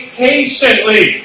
patiently